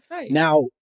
Now